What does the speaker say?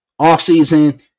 offseason